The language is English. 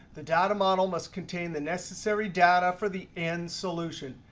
the data model must contain the necessary data for the end solution.